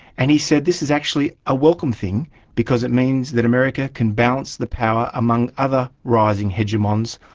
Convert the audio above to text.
and he said this is actually a welcome thing because it means that america can balance the power among other rising hegemons,